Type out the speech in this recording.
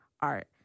art